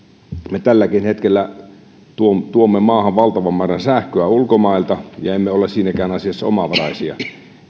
me tälläkin hetkellä tuomme tuomme maahan valtavan määrän sähköä ulkomailta ja emme ole siinäkään asiassa omavaraisia